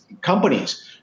companies